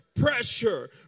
Pressure